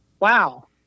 wow